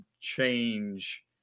change